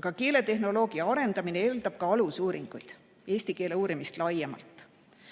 Aga keeletehnoloogia arendamine eeldab ka alusuuringuid, eesti keele uurimist laiemalt.